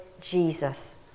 Jesus